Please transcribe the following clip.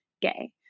gay